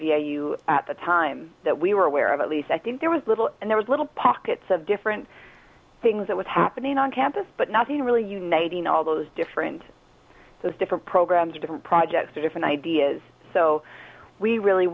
issues at the time that we were aware of at least i think there was little there was little pockets of different things that was happening on campus but nothing really uniting all those different there's different programs different projects different ideas so we really